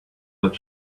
that